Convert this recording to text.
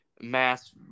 mass